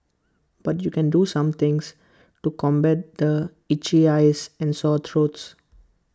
but you can do some things to combat the itching eyes and sore throats